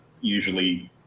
usually